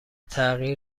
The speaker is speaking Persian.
تغییر